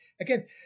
again